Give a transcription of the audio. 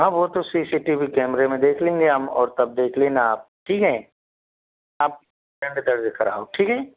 हाँ वो तो सी सी टी वी कैमरे में देख लेंगे हम और तब देख लेना आप ठीक है आप पहले केस दर्ज कराओ ठीक है